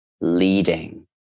leading